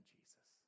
Jesus